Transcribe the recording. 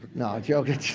no, joking.